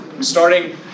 Starting